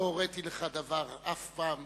לא הוריתי לך דבר אף פעם בחיי.